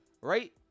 right